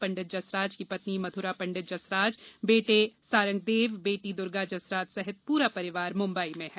पंडित जसराज की पत्नी मधुरा पंडित जसराज बेटे सारंगदेव बेटी दुर्गा जसराज सहित पूरा परिवार मुंबई में है